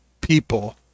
people